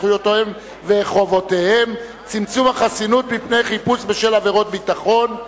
זכויותיהם וחובותיהם (צמצום החסינות בפני חיפוש בשל עבירת ביטחון).